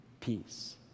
peace